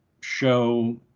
show